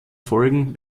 folgen